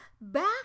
Back